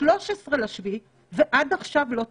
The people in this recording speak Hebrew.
ב-13.7 ועד עכשיו לא טופלה.